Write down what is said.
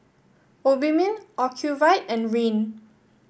Obimin Ocuvite and Rene